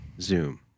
Zoom